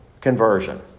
conversion